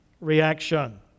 reaction